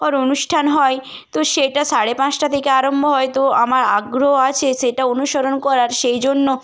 ঘর অনুষ্ঠান হয় তো সেটা সারে পাঁচটা থেকে আরম্ভ হয় তো আমার আগ্রহ আছে সেটা অনুসরণ করার সেই জন্য